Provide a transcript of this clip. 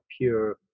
pure